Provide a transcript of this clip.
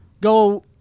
go